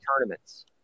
tournaments